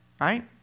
right